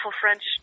French